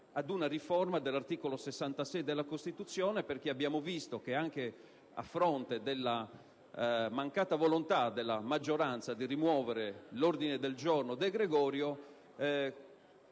di una riforma dell'articolo 66 della Costituzione, perché abbiamo visto che, anche a fronte della mancata volontà della maggioranza di rimuovere l'ordine del giorno del senatore